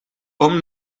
hom